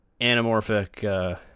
anamorphic